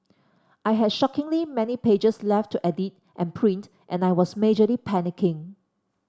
I had shockingly many pages left to edit and print and I was majorly panicking